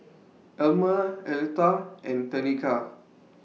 Almer Aletha and Tenika